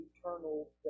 eternal